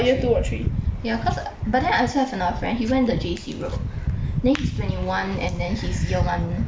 ya cause but then I also have another friend he went the J_C route then he's twenty one and then he's year one uni